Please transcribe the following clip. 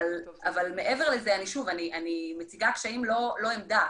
מעבר לזה, אני מציגה קשיים, לא עמדה.